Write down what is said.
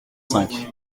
cinq